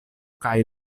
kaj